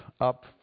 up